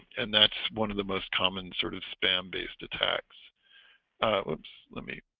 and that's one of the most common sort of spam based attacks whoops let me